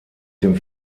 dem